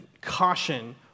caution